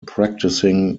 practicing